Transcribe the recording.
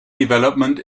development